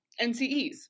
NCEs